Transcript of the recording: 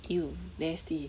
!eww! nasty